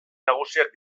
nagusiak